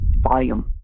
volume